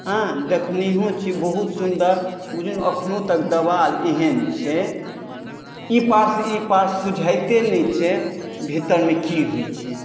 हँ देखनहो छी बहुत सुन्दर बुझू ने अखनो तक देवाल एहन छै ई पारसँ ई पार सुझाइते नहि छै भीतरमे की होइत छै